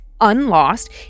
unlost